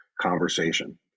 conversation